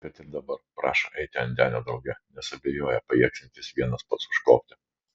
kad ir dabar prašo eiti ant denio drauge nes abejoja pajėgsiantis vienas pats užkopti